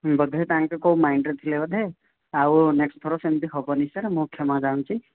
ବୋଧେ ତାଙ୍କେ କେଉଁ ମାଇଣ୍ଡରେ ଥିଲେ ବୋଧେ ଆଉ ନେକ୍ସଟ୍ ଥର ସେମିତି ହେବନି ସାର୍ ମୁଁ କ୍ଷମା ଚାହୁଁଛି